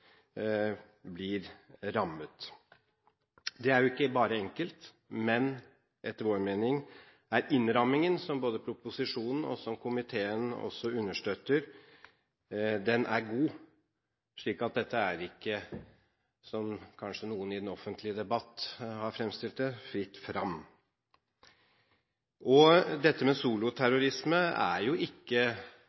blir rammet. Dette er jo ikke bare enkelt. Etter vår mening er innrammingen god, noe både proposisjonen og komiteen også understøtter, slik at her er det ikke fritt fram, som kanskje noen i den offentlige debatt har fremstilt det som. Dette med soloterrorisme er jo ikke